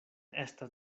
estas